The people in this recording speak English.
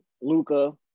Luca